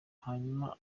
hanyuma